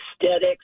aesthetics